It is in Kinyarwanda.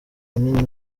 beni